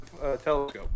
telescope